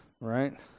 Right